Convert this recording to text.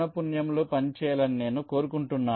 పున్యంలో పనిచేయాలని నేను కోరుకుంటున్నాను